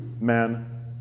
men